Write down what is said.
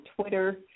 Twitter